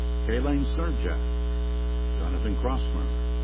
caelainn crnjak. jonathan crosmer.